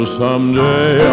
someday